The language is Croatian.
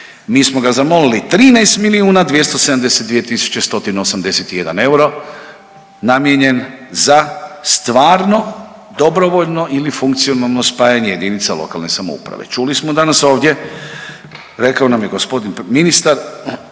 mi smo ga zamolili, 13 milijuna 272 tisuće 181 euro namijenjen za stvarno dobrovoljno ili funkcionalno spajanje jedinica lokalne samouprave. Čuli smo danas ovdje rekao nam je g. ministar